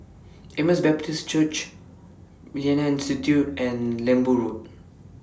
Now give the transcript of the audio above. Emmaus Baptist Church Millennia Institute and Lembu Road